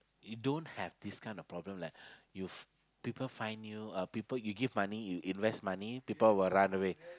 you don't have this kind of problem like you f~ people find you uh you give money you invest money people will run away